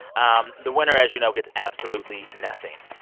um the winner, as you know, gets absolutely nothing.